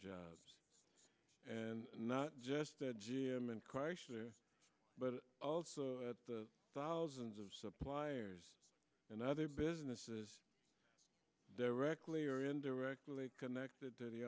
jobs and not just that g m and chrysler but also the thousands of suppliers and other businesses directly or indirectly connected to the